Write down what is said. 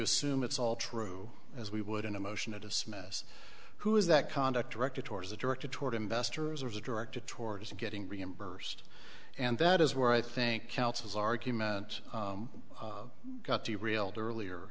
assume it's all true as we would in a motion to dismiss who is that conduct directed towards a directed toward investors are directed towards getting reimbursed and that is where i think counsel's argument got the realtor earlier